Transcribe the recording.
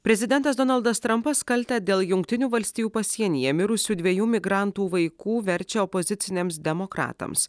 prezidentas donaldas trampas kaltę dėl jungtinių valstijų pasienyje mirusių dviejų migrantų vaikų verčia opoziciniams demokratams